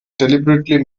deliberately